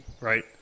right